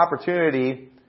opportunity